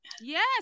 Yes